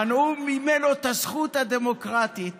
מנעו ממנו את הזכות הדמוקרטית